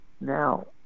Now